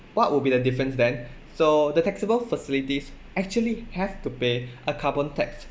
what would be the difference then so the taxable facilities actually have to pay a carbon tax